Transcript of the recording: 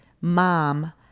Mom